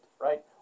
right